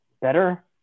better